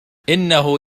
إنه